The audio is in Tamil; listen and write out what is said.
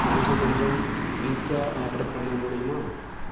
எனக்கு கொஞ்சம் பீட்சா ஆர்டர் பண்ண முடியுமா